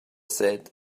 said